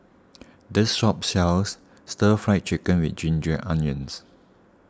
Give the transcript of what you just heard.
this shop sells Stir Fried Chicken with Ginger Onions